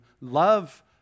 love